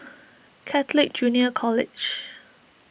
Catholic Junior College